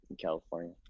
california